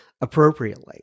appropriately